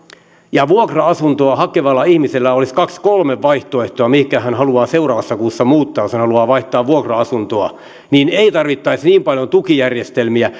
ja vuokra asuntoa hakevalla ihmisellä olisi kaksi kolme vaihtoehtoa mihinkä hän haluaa seuraavassa kuussa muuttaa jos hän haluaa vaihtaa vuokra asuntoa niin ei tarvittaisi niin paljon tukijärjestelmiä